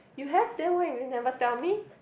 you have then why you never even tell me